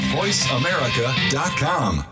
voiceamerica.com